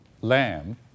lamb